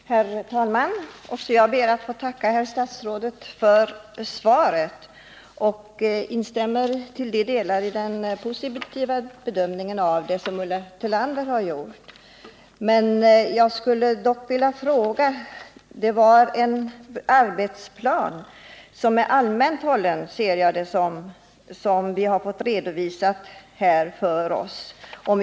Herr talman! Också jag ber att få tacka herr statsrådet för svaret och instämmer i den positiva bedömning som Ulla Tillander har gjort. Jag skulle dock vilja ställa några frågor. Den arbetsplan som vi här har fått redovisad för oss ser jag som mera allmänt hållen.